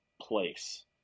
place